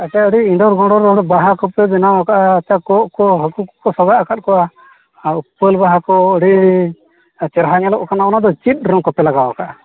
ᱟᱪᱪᱷᱟ ᱟᱹᱰᱤ ᱤᱱᱰᱚᱨ ᱜᱚᱱᱰᱚᱨ ᱵᱟᱦᱟ ᱠᱚᱯᱮ ᱵᱮᱱᱟᱣ ᱠᱟᱜᱼᱟ ᱟᱪᱪᱷᱟ ᱠᱚᱸᱜ ᱠᱚ ᱦᱟᱹᱠᱩ ᱠᱚᱠᱚ ᱥᱟᱵᱟᱜ ᱟᱠᱟᱜ ᱠᱚᱣᱟ ᱟᱨ ᱩᱯᱟᱹᱞ ᱵᱟᱦᱟ ᱠᱚ ᱟᱹᱰᱤ ᱪᱮᱦᱨᱟ ᱧᱮᱞᱚᱜ ᱠᱟᱱᱟ ᱚᱱᱟᱫᱚ ᱪᱮᱫ ᱨᱚᱝ ᱠᱚᱯᱮ ᱞᱟᱜᱟᱣ ᱠᱟᱜᱼᱟ